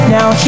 Now